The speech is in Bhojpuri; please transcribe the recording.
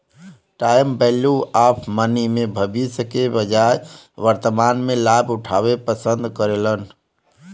टाइम वैल्यू ऑफ़ मनी में भविष्य के बजाय वर्तमान में लाभ उठावे पसंद करेलन